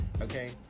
Okay